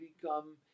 become